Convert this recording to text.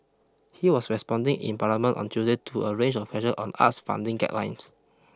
he was responding in parliament on Tuesday to a range of questions on arts funding guidelines